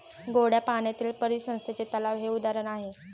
गोड्या पाण्यातील परिसंस्थेचे तलाव हे उदाहरण आहे